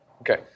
Okay